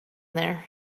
there